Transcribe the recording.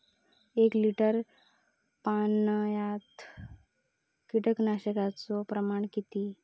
एक लिटर पाणयात कीटकनाशकाचो प्रमाण किती?